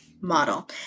model